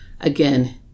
again